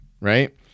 right